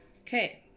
Okay